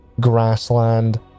grassland